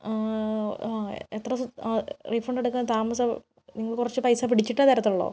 എത്ര സമ് ആ റീഫണ്ട് എടുക്കാൻ താമസ നിങ്ങൾ കുറച്ച് പൈസ പിടിച്ചിട്ടേ തരത്തുള്ളോ